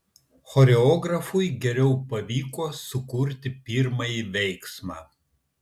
choreografui geriau pavyko sukurti pirmąjį veiksmą